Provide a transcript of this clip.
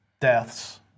deaths